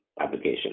application